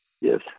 Yes